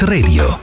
Radio